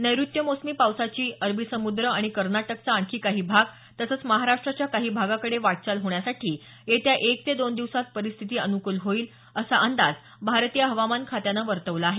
नैऋत्य मोसमी पावसाची अरबी समुद्र आणि कर्नाटकचा आणखी काही भाग तसच महाराष्टाच्या काही भागाकडे वाटचाल होण्यासाठी येत्या एक ते दोन दिवसात परिस्थिती अनुकूल होईल असा अंदाज भारतीय हवामान विभागानं वर्तवला आहे